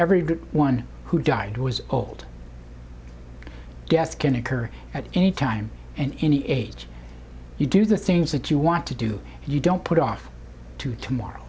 every one who died was old guess can occur at any time and any age you do the things that you want to do you don't put off to tomorrow